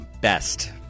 best